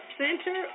center